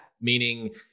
Meaning